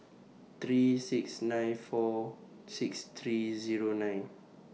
three six nine four six three Zero nine